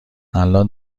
الآن